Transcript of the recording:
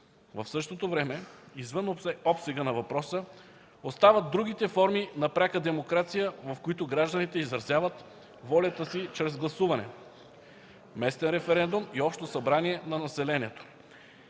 В същото време извън обсега на въпроса остават другите форми на пряка демокрация, в които гражданите изразяват волята си чрез гласуване – местен референдум и общо събрание на населението.